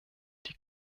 die